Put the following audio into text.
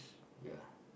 ya